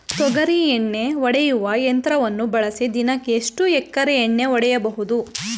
ತೊಗರಿ ಎಣ್ಣೆ ಹೊಡೆಯುವ ಯಂತ್ರವನ್ನು ಬಳಸಿ ದಿನಕ್ಕೆ ಎಷ್ಟು ಎಕರೆ ಎಣ್ಣೆ ಹೊಡೆಯಬಹುದು?